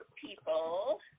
people